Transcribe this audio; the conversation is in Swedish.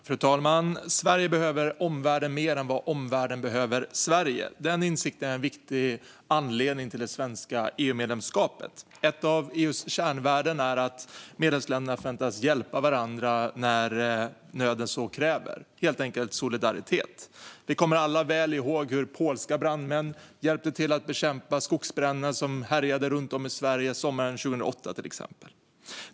Fru talman! Sverige behöver omvärlden mer än vad omvärlden behöver Sverige. Den insikten är en viktig anledning till det svenska EU-medlemskapet. Ett av EU:s kärnvärden är att medlemsländerna förväntas hjälpa varandra när nöden så kräver, helt enkelt solidaritet. Vi kommer alla väl ihåg hur polska brandmän hjälpte till att bekämpa skogsbränderna som härjade runt om i Sverige sommaren 2018, till exempel.